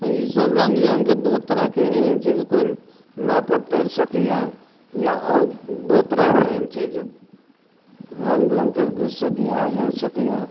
तऽ ई सब रङ्ग बिरङ्गके बहुत तरहके एहन छै जे कोइ नाव पर तैर सकैया या आओर बहुत तरहके एहन छै जे रङ्ग बिरङ्गके घुसि सकैया हेल सकैया